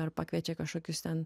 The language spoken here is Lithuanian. ar pakviečia kašokius ten